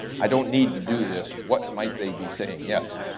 i don't need to do this, what might they be saying, yes?